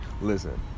listen